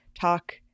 talk